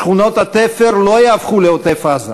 שכונות התפר לא ייהפכו לעוטף-עזה,